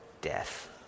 death